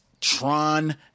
Tron